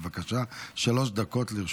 בבקשה, שלוש דקות לרשותך.